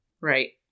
Right